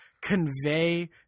convey